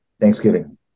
Thanksgiving